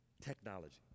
Technology